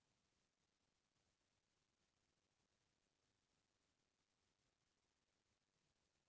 भारत म देसी कुकरी अउ बड़का नसल के बिदेसी कुकरी के पालन करथे